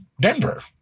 Denver